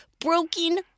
broken